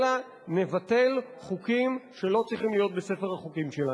אלא נבטל חוקים שלא צריכים להיות בספר החוקים שלנו.